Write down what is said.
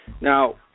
Now